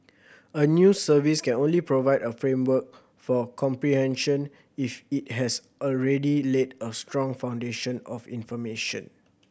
a news service can only provide a framework for comprehension if it has already laid a strong foundation of information